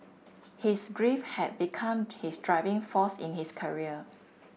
his grief had become his driving force in his career